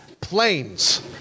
planes